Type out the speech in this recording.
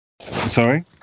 Sorry